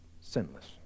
sinless